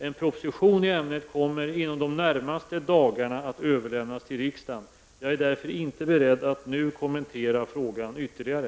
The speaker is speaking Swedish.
En proposition i ämnet kommer inom de närmaste dagarna att överlämnas till riksdagen. Jag är därför inte beredd att nu kommentera frågan ytterligare.